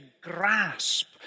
grasp